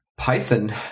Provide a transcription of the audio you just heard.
Python